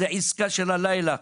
זאת עסקה של הלילה.